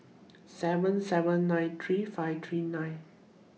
seven seven nine three five three nine